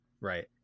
right